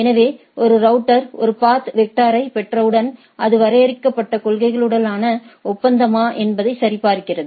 எனவே ஒரு ரவுட்டர் ஒரு பாத் வெக்டரைப் பெற்றவுடன் அது வரையறுக்கப்பட்ட கொள்கைகளுடனான ஒப்பந்தமா என்பதை சரிபார்க்கிறது